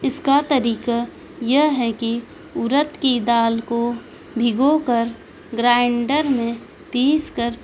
اس کا طریقہ یہ ہے کہ ارد کی دال کو بھگو کر گرائنڈر میں پیس کر